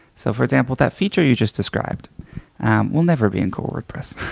so for example, that feature you just described will never be in core wordpress.